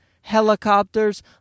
helicopters